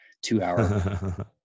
Two-hour